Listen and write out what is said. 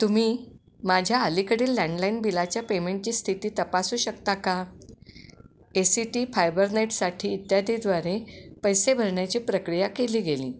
तुम्ही माझ्या अलीकडील लँडलाईन बिलाच्या पेमेंटची स्थिती तपासू शकता का ए सी टी फायबरनेटसाठी इत्यादीद्वारे पैसे भरण्याची प्रक्रिया केली गेली